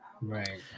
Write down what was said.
Right